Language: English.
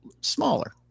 smaller